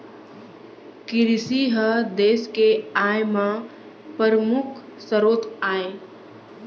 किरसी ह देस के आय म परमुख सरोत आय